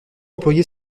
employé